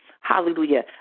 hallelujah